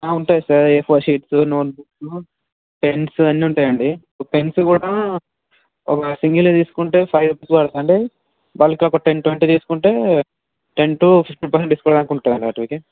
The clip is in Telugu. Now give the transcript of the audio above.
ఉంటాయ్ sir A four sheets notebooks pens అన్నీ ఉంటాయి అండి పెన్సు కూడా ఒక సింగల్ తీసుకుంటే ఫైవ్ వరకు పడుతుంది అంటే బల్క్ ఒక టెన్ ట్వంటీ తీసుకుంటే ten to fifteen percent discount దాకా ఉంటుందండి వాటికి